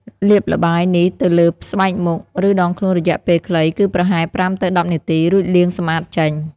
លាបល្បាយនេះទៅលើស្បែកមុខ ឬដងខ្លួនរយៈពេលខ្លី គឺប្រហែល ៥ ទៅ ១០ នាទី រួចលាងសម្អាតចេញ។